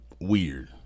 weird